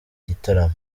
gitaramo